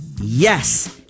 Yes